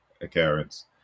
occurrence